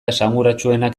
esanguratsuenak